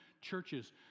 churches